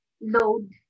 load